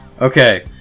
Okay